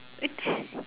it's